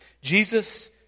Jesus